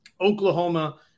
Oklahoma